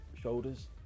shoulders